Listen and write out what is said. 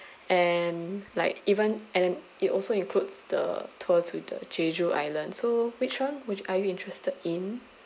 and like even and it also includes the tour to the jeju island so which one which are you interested in